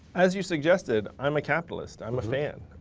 as you suggested, i'm a capitalist. i'm a fan.